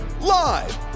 live